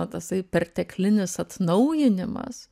na tasai perteklinis atnaujinimas